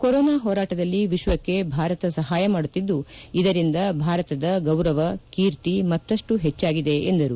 corona ಹೋರಾಟದಲ್ಲಿ ವಿಶ್ವಕ್ಕೆ ಭಾರತ ಸಹಾಯ ಮಾಡುತ್ತಿದ್ದು ಇದರಿಂದ ಭಾರತದ ಗೌರವ ಕೀರ್ತಿ ಮತ್ತಷ್ಟು ಹೆಚ್ಚಾಗಿದೆ ಎಂದರು